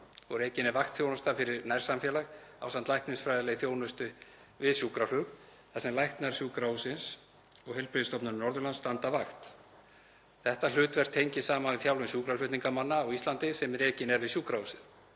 Rekin er vaktþjónusta fyrir nærsamfélagið ásamt læknisfræðilegri þjónustu við sjúkraflug þar sem læknar sjúkrahússins og Heilbrigðisstofnunar Norðurlands standa vakt. Þetta hlutverk tengir saman þjálfun sjúkraflutningamanna á Íslandi sem rekin er við sjúkrahúsið